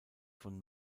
von